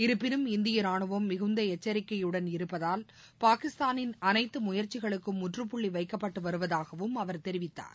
இருப்பினும் இந்திய ராணுவம் மிகுந்த எச்சரிக்கையுட் இருப்பதால் பாகிஸ்தானின் அனைத்து முயற்சிகளுக்கும் முற்றுப்புள்ளி வைக்கப்பட்டு வருவதாகவும் அவர் தெரிவித்தார்